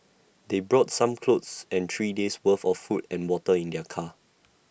they brought some clothes and three days' worth of food and water in their car